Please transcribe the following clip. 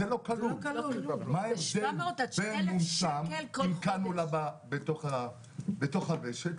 מה ההבדל בין מונשם עם קנולה בוושט לבין